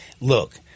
look